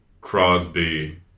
Crosby